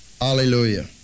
Hallelujah